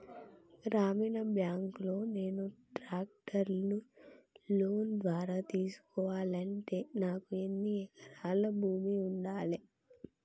గ్రామీణ బ్యాంక్ లో నేను ట్రాక్టర్ను లోన్ ద్వారా తీసుకోవాలంటే నాకు ఎన్ని ఎకరాల భూమి ఉండాలే?